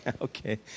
Okay